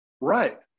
Right